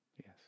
Yes